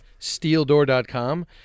steeldoor.com